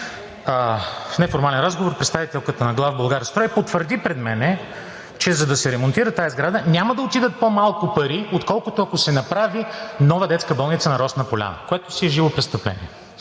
в неформален разговор представителката на „Главболгарстрой“ потвърди пред мен, че за да се ремонтира тази сграда, няма да отидат по-малко пари, отколкото ако се направи нова детска болница на „Росна поляна“, което си е живо престъпление.